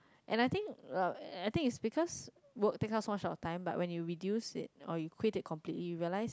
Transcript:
and I think uh I think is because work take up so much of our time but when you reduce it or you quit it completely you realise